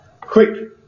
quick